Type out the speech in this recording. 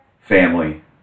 family